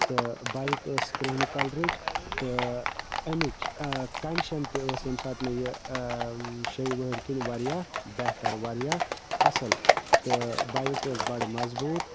تہٕ بایِک ٲس کِرٛہنہِ کَلرٕچ تہٕ اَمِچ کَنڈِشَن تہِ ٲس ییٚمہِ ساتہٕ مےٚ یہِ شیٚیہِ ؤہٕرۍ کِنۍ واریاہ بہتر واریاہ اصٕل تہٕ بایِک ٲس بَڑٕ مضبوٗط